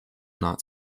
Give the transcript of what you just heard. not